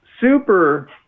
super